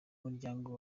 muryango